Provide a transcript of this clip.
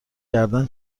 کردن